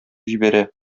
җибәрә